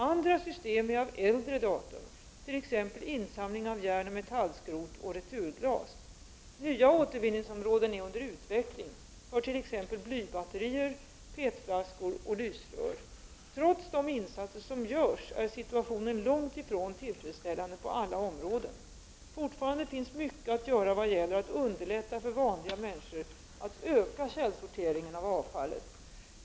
Andra system är av äldre datum, t.ex. insamling av järnoch metallskrot och returglas. Nya återvinningsområden är under utveckling för t.ex. blybatterier, PET-flaskor och lysrör. Trots de insatser som görs är situationen långt ifrån tillfredsställande på alla områden. Fortfarande finns mycket att göra vad gäller att underlätta för vanliga människor att öka källsorteringen av avfallet.